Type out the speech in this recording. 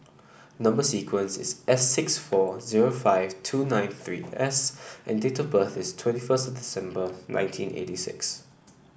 number sequence is S six four zero five two nine three S and date of birth is twenty first December nineteen eighty six